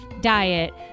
diet